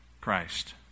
christ